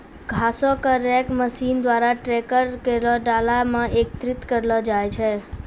घासो क rake machine द्वारा ट्रैकर केरो डाला म एकत्रित करलो जाय छै